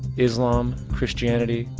islam, christianity,